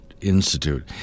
institute